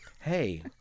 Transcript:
hey—